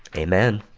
amen.